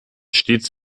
stets